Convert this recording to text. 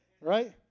Right